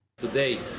Today